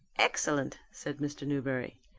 excellent! said mr. newberry.